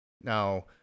Now